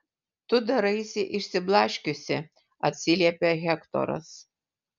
tu daraisi išsiblaškiusi atsiliepia hektoras